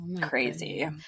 crazy